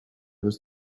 bist